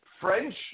French